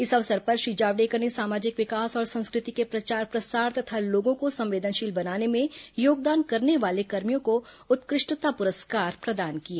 इस अवसर पर श्री जावडेकर ने सामाजिक विकास और संस्कृति के प्रचार प्रसार तथा लोगों को संवेदनशील बनाने में योगदान करने वाले कर्मियों को उत्कृष्टता पुरस्कार प्रदान किए